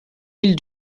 îles